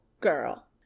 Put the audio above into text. girl